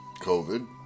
COVID